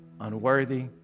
unworthy